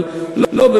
אבל לא,